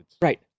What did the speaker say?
Right